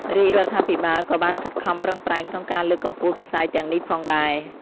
រាជរដ្ឋាភិបាលក៏បានខិតខំប្រឹងប្រែងក្នុងការលើកកម្ពស់វិស័យទាំងនេះផងដែរ។